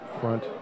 front